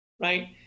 right